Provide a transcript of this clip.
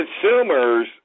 consumers